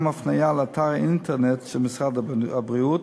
הפניה לאתר האינטרנט של משרד הבריאות,